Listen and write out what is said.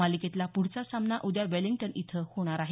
मालिकेतला पुढचा सामना उद्या वेलिंग्टन इथं होणार आहे